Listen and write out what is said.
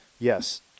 yes